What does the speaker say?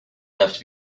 left